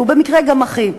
והוא במקרה גם אחי,